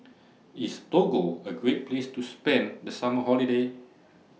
IS Togo A Great Place to spend The Summer Holiday